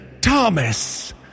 Thomas